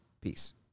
Peace